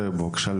בבקשה,